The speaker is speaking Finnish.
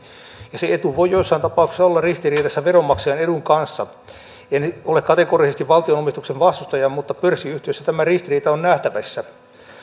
ja se etu voi joissain tapauksissa olla ristiriidassa veronmaksajan edun kanssa en ole kategorisesti valtionomistuksen vastustaja mutta pörssiyhtiöissä tämä ristiriita on nähtävissä